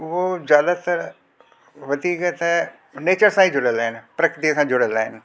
उहो ज्यादातर वधीक त नेचर सां ई जुड़ियल आहिनि प्रकृति सां जुड़ियल आहिनि